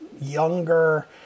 younger